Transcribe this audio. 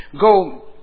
go